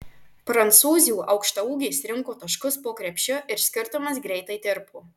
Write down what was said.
prancūzių aukštaūgės rinko taškus po krepšiu ir skirtumas greitai tirpo